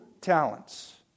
talents